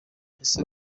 ese